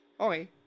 Okay